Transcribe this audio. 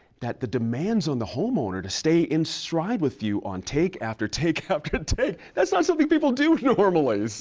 that the demands on the homeowner to stay in stride with you on take after take after take, that is not something people do normally.